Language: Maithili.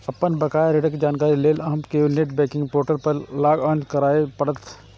अपन बकाया ऋणक जानकारी लेल अहां कें नेट बैंकिंग पोर्टल पर लॉग इन करय पड़त